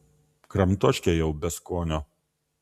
kramtoškė jau be skonio